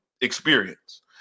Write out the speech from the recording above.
experience